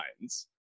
lines